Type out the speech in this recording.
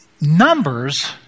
Numbers